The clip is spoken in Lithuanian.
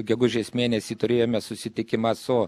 gegužės mėnesį turėjome susitikimą su